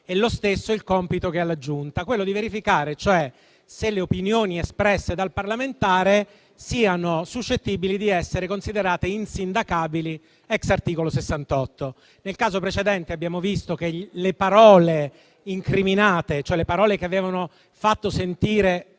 e lo stesso è il compito della Giunta, che opera verificando se le opinioni espresse dal parlamentare siano suscettibili di essere considerate insindacabili *ex* articolo 68. Nel caso precedente abbiamo visto che le parole incriminate, che avevano fatto sentire